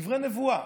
דברי נבואה.